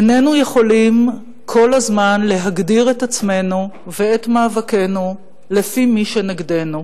איננו יכולים כל הזמן להגדיר את עצמנו ואת מאבקנו לפי מי שנגדנו.